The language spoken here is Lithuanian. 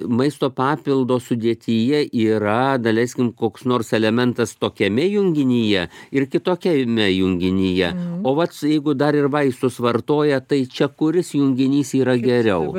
maisto papildo sudėtyje yra daleiskim koks nors elementas tokiame junginyje ir kitokiame junginyje o vat jeigu dar ir vaistus vartoja tai čia kuris junginys yra geriau